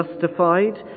justified